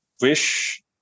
wish